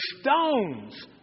stones